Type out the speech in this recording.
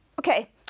Okay